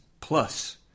Plus